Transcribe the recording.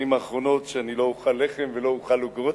האחרונות שאני לא אוכל לחם ולא אוכל עוגות,